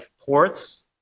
ports